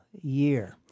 year